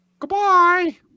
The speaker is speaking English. Goodbye